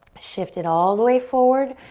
shift it all the way forward.